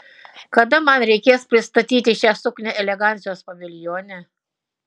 kada man reikės pristatyti šią suknią elegancijos paviljone